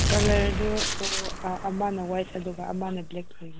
ꯀꯂꯔꯗꯨ ꯑꯃꯅ ꯋꯥꯏꯠ ꯑꯗꯨꯒ ꯑꯃꯅ ꯕ꯭ꯂꯦꯛ ꯇꯧꯕꯤꯌꯨ